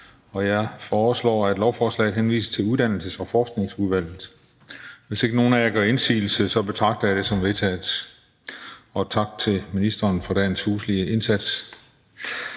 Jeg foreslår, at lovforslaget henvises til Uddannelses- og Forskningsudvalget. Hvis ikke nogen af jer gør indsigelse, betragter jeg det som vedtaget. Det er vedtaget. Og tak til ministeren for dagens huslige indsats.